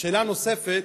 שאלה נוספת: